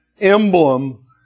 emblem